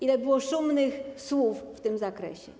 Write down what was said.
Ile było szumnych słów w tym zakresie?